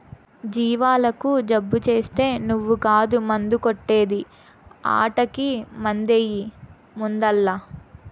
జీవాలకు జబ్బు చేస్తే నువ్వు కాదు మందు కొట్టే ది ఆటకి మందెయ్యి ముందల్ల